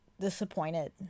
disappointed